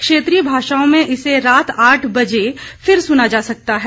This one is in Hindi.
क्षेत्रीय भाषाओं में इसे रात आठ बजे फिर सुना जा सकता है